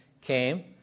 came